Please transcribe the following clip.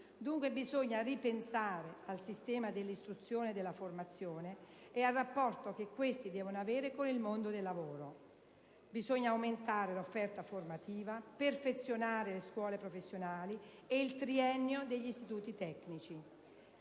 dunque ripensare al sistema dell'istruzione e della formazione e al rapporto che questo deve avere con il mondo del lavoro. Bisogna aumentare l'offerta formativa, perfezionare le scuole professionali e il triennio degli istituti tecnici.